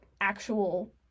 actual